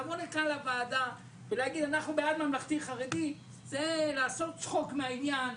לבוא לכאן לוועדה ולהגיד שאנחנו בעד ממלכתי-חרדי זה לעשות צחוק מהעניין,